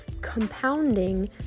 compounding